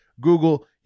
Google